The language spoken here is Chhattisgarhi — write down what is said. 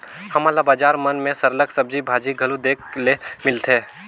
हमन ल बजार मन में सरलग सब्जी भाजी घलो देखे ले मिलथे